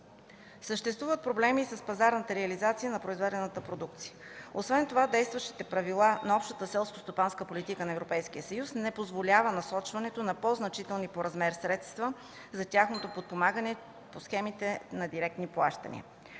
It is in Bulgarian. Съществуват проблеми и с пазарната реализация на произведената продукция. Освен това действащите правила на Общата селскостопанска политика на Европейския съюз не позволяват насочването на по-значителни по размер средства за тяхното подпомагане по схемите на директни плащания.